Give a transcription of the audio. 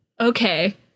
Okay